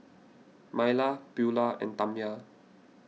Myla Beula and Tamya